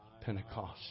Pentecost